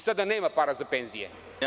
Sada nema para za penzije.